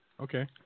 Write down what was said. Okay